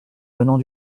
venant